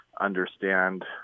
understand